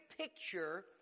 picture